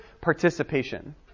participation